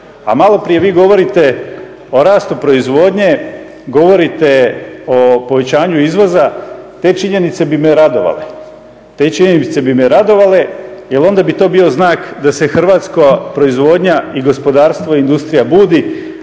a maloprije vi govorite o rastu proizvodnje, govorite o povećanju izvoza. Te činjenice bi me radovale jer onda bi to bio znak da se hrvatska proizvodnja i gospodarstvo i industrija budi,